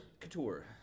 couture